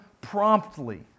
promptly